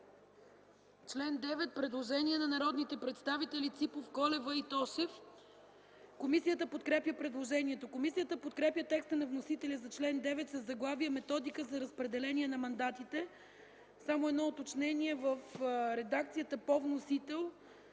Има предложение на народните представители Ципов, Колева и Тошев за чл. 9. Комисията подкрепя предложението. Комисията подкрепя текста на вносителите за чл. 9 със заглавие „Методика за разпределение на мандатите”. Само едно уточнение: в редакцията по вносител,